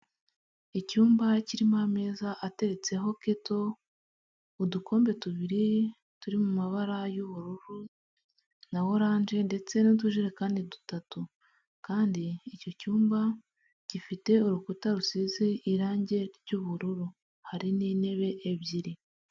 Icyumba kirimo ameza ateretseho keto, udukombe tubiri turi mu mu mabara y'ubururu na orange ndetse n'udujerekani dutatu kandi icyo cyumba gifite urukuta rusize irangi ry'ubururu hari n'intebe ebyiri.